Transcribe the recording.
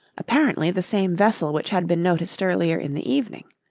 apparently the same vessel which had been noticed earlier in the evening.